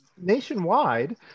nationwide